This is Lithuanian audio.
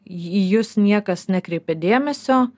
į jus niekas nekreipia dėmesio